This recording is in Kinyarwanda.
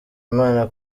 imana